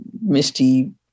misty